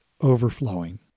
overflowing